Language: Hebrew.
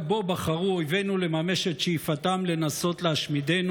בו בחרו אויבינו לממש את שאיפתם לנסות להשמיד,